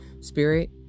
spirit